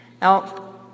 Now